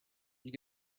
you